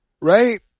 Right